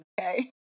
okay